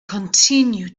continue